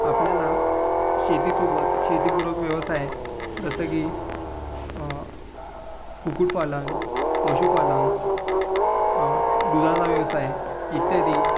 आपल्याला शेतीसोबत शेतीपूरक व्यवसाय जसं की कुक्कुटपालन पशुपालन दुधाचा व्यवसाय इत्यादी